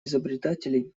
изобретателей